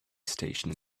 station